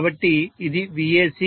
కాబట్టి ఇది VAC